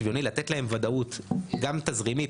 שוויוני; לתת להם ודאות גם תזרימית,